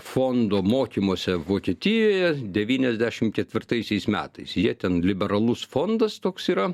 fondo mokymuose vokietijoje devyniasdešim ketvirtaisiais metais jie ten liberalus fondas toks yra